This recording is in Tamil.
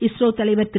இஸ்ரோ தலைவர் திரு